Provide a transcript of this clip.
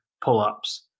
pull-ups